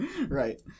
Right